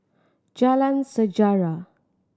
Jalan Sejarah